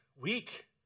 weak